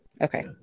okay